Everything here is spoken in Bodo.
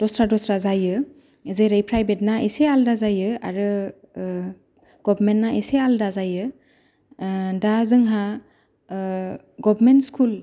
दस्रा दस्रा जायो जेरै प्राइभेट ना एसे आलादा जायो आरो गभमेन्ट ना एसे आलादा जायो दा जोंहा गभमेन्ट स्कुल